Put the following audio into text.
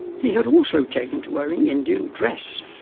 he had also taken to wearing indian dress,